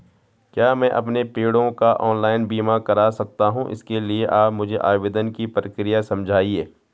क्या मैं अपने पेड़ों का ऑनलाइन बीमा करा सकता हूँ इसके लिए आप मुझे आवेदन की प्रक्रिया समझाइए?